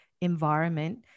environment